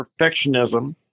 perfectionism